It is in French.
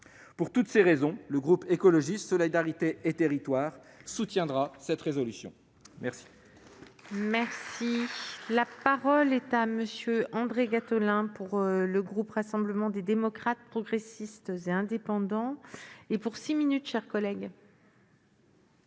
Pour toutes ces raisons, le groupe Écologiste - Solidarité et Territoires soutiendra cette proposition de